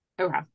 Okay